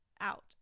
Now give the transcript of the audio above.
out